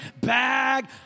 bag